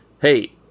hey